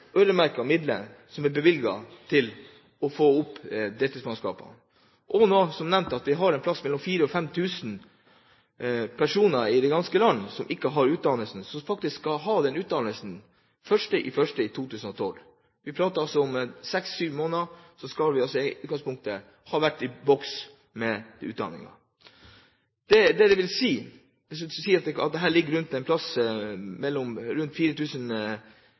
midler bevilget til å få opp antall deltidsmannskaper. Man har som nevnt mellom 4 000 og 5 000 personer i det ganske land som ikke har den utdannelsen, men som faktisk skal ha den innen 1. januar 2012. Vi prater altså om at om seks–syv måneder skal vi i utgangspunktet være i boks med utdanningen. Hvis man sier at det gjelder rundt 4 000 personer, vil det si at man må gjennomføre mellom 250 og 300 kurs. Det